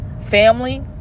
family